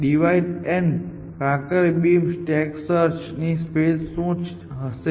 divide and conquer beam stack search ની space શું હશે